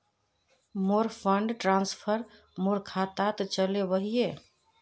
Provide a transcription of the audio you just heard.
मोर fund transfer मोर खातात चले वहिये